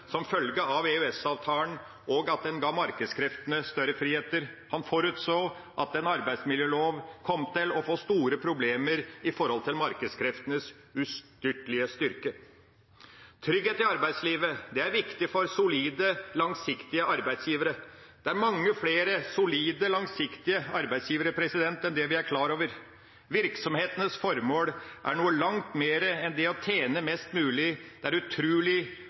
som følge av EØS-avtalen og at en ga markedskreftene større friheter. Han forutså at en arbeidsmiljølov kom til å få store problemer i forhold til markedskreftenes ustyrtelige styrke. Trygghet i arbeidslivet er viktig for solide, langsiktige arbeidsgivere. Det er mange flere solide, langsiktige arbeidsgivere enn vi er klar over. Virksomhetenes formål er noe langt mer enn det å tjene mest mulig. Det er utrolig